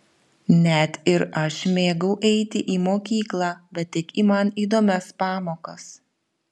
net ir aš mėgau eiti į mokyklą bet tik į man įdomias pamokas